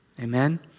amen